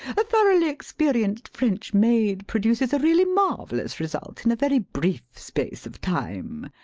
a thoroughly experienced french maid produces a really marvellous result in a very brief space of time.